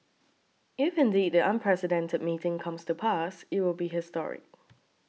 if indeed the unprecedented meeting comes to pass it will be historic